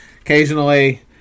Occasionally